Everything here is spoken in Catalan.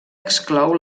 exclou